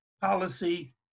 policy